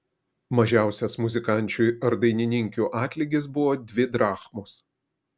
mažiausias muzikančių ar dainininkių atlygis buvo dvi drachmos